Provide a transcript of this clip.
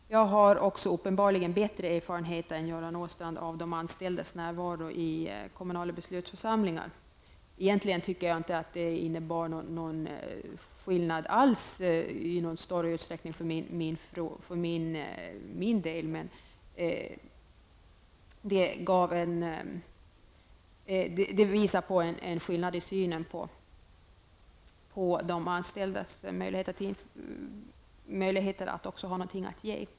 Jag har uppenbarligen också bättre erfarenheter än Göran Åstrand av de anställdas närvaro i kommunala beslutande församlingar. Egentligen innebär det inte någon större skillnad för min del, men det visar på en skillnad i synen på de anställdas möjligheter att ha någonting att ge.